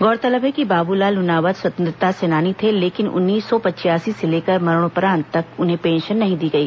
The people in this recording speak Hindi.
गौरतलब है कि बाबूलाल लुनावत स्वतंत्रता सेनानी थे लेकिन उन्नीस सौ पच्यासी से लेकर मरणोपरांत तक उन्हें पेंशन नहीं दी गई